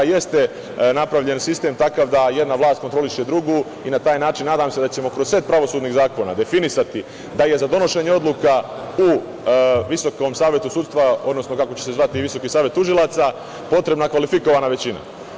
Jeste napravljen sistem takav da jedna vlast kontroliše drugu i na taj način nadam se da ćemo kroz set pravosudnih zakona definisati da je za donošenje odluka u VSS, odnosno kako će se zvati Visoki savet tužilaca, potrebna kvalifikovana većina.